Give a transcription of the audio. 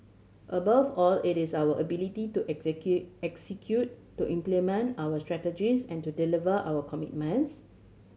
above all it is our ability to execute to implement our strategies and to deliver our commitments